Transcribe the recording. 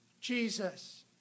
Jesus